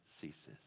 ceases